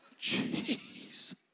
Jeez